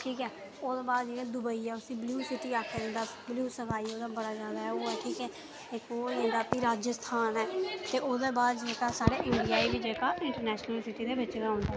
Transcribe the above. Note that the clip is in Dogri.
हून ओह्दे बाद दुबई ऐ उसी ब्लू सिटी आखेआ जंदा ब्लू स्काई दा उत्थै बड़ा जादा ओह् ऐ ते प्ही राजस्थान ऐ ओह्दे बाद इंडिया जेह्का ओह्बी इंटरनेशनल सिटी बिच गै आंदा